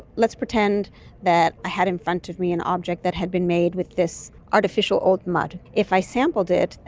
let's pretend that i had in front of me an object that had been made with this artificial old mud. if i sampled it,